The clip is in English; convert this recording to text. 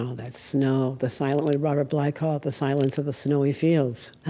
that snow, the silence robert bly called the silence of the snowy fields.